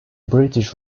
british